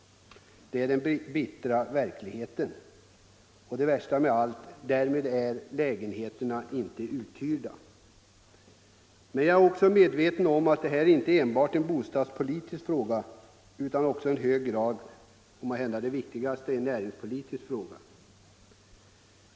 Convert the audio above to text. Det är den bittra verkligheten. Och det värsta av allt: därmed är lägenheterna inte uthyrda. Jag är emellertid medveten om att det här inte enbart är en bostadspolitisk fråga utan också — och det är måhända det viktigaste — i hög grad en näringspolitisk.